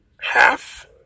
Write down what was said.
Half